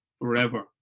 forever